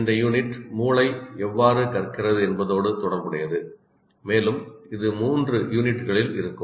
இந்த யூனிட் மூளை எவ்வாறு கற்கிறது என்பதோடு தொடர்புடையது மேலும் இது 3 யூனிட்களில் இருக்கும்